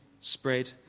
spread